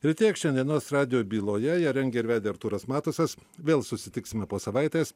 ir tiek šiandienos radijo byloje ją rengė ir vedė artūras matusas vėl susitiksime po savaitės